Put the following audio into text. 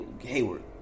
Hayward